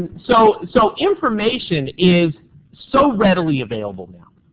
so so, information is so readily available. now,